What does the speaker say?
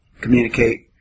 communicate